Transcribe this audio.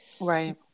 Right